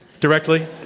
Directly